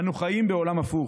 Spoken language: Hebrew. אנו חיים בעולם הפוך.